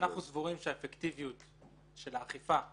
אנחנו סבורים שהאפקטיביות של האכיפה תגבר.